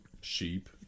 Sheep